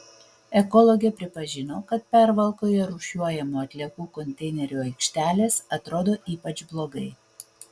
ekologė pripažino kad pervalkoje rūšiuojamų atliekų konteinerių aikštelės atrodo ypač blogai